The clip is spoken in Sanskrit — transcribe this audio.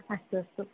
अस्तु अस्तु